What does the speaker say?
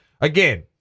again